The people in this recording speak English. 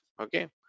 okay